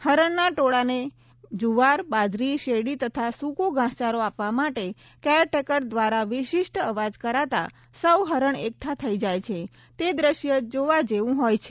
હરણના ટોળાને જુવારબાજરી શેરડી તથા સૂકો ઘાસચારો આપવા માટે કેરટેકર દ્વારા વિશિષ્ટ અવાજ કરાતા સૌ હરણ એકઠા થઇ જાય છે તે દ્રશ્ય જેવા જેવું હોય છે